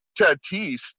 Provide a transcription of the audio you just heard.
Tatis